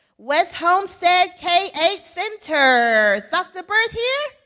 west homestead k eight center, is dr. burth here?